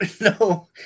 No